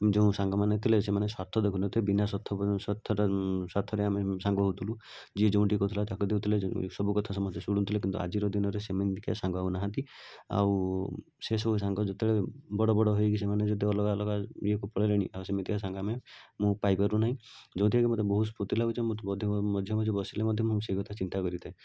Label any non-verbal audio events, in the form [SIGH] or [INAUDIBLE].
ଯେଉଁ ସାଙ୍ଗମାନେ ଥିଲେ ସେମାନେ ସ୍ୱାର୍ଥ ଦେଖୁନଥିଲେ ବିନା ସ୍ୱାର୍ଥରେ ଆମେ ସାଙ୍ଗ ହେଉଥିଲୁ ଯିଏ ଯେଉଁଠି କହୁଥିଲା ଡାକିଦେଉଥିଲା ସବୁ କଥା ସମସ୍ତେ ଶୁଣୁଥିଲେ କିନ୍ତୁ ଆଜିର ଦିନରେ ସେମିତିକା ସାଙ୍ଗ ଆଉ ନାହାନ୍ତି ଆଉ ସେସବୁ ସାଙ୍ଗ ଯେତେବେଳେ ବଡ଼ ବଡ଼ ହୋଇକି ସେମାନେ ଯେତେବେଳେ ଅଲଗା ଇଏକୁ ପଳାଇଲେଣି ଆଉ ସେମିତିକା ସାଙ୍ଗ ଆମେ ମୁଁ ପାଇପାରୁନାହିଁ ଯେଉଁଥିରେକି ମୋତେ ବହୁତ [UNINTELLIGIBLE] ଲାଗୁଛି ମଝିରେ ମଝିରେ ବସିଲେ ମଧ୍ୟ ମୁଁ ସେ କଥା ଚିନ୍ତା କରିଥାଏ